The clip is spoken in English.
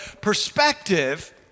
perspective